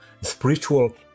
spiritual